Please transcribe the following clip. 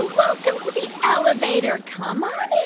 welcome to the elevator. come ah